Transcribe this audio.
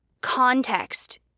Context